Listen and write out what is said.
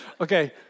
Okay